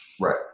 Right